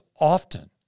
often